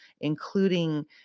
including